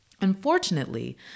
Unfortunately